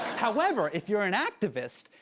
however, if you're an activist,